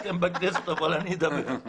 אתם בכנסת אבל אני אדבר.